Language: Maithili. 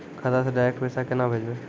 खाता से डायरेक्ट पैसा केना भेजबै?